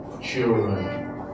children